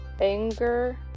anger